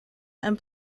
and